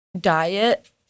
diet